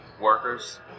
workers